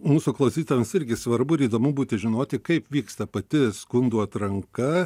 mūsų klausytojams irgi svarbu ir įdomu būti žinoti kaip vyksta pati skundų atranka